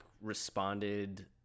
responded